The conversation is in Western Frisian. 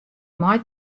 mei